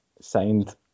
signed